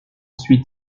suis